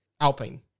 Alpine